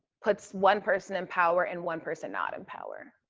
puts one person in power and one person not in power.